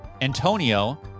Antonio